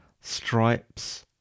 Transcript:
stripes